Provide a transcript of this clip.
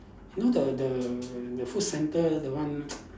you know the the the food centre the one